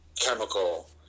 chemical